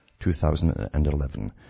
2011